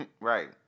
Right